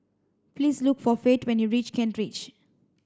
please look for Fate when you reach Kent Ridge